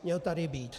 Měl tady být.